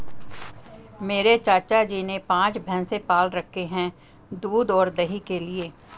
मेरे चाचा जी ने पांच भैंसे पाल रखे हैं दूध और दही के लिए